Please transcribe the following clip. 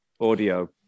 audio